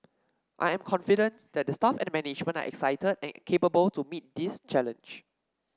I am confident that the staff and management are excited and capable to meet this challenge